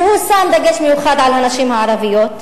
והוא שם דגש מיוחד על הנשים הערביות,